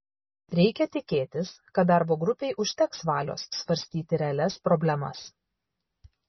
reikia tikėtis kad darbo grupei užteks valios svarstyti realias problemas